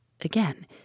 Again